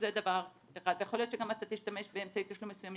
יכול להיות שגם אתה תשתמש באמצעי תשלום מסוימים,